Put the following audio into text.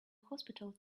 hospital